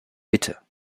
bitte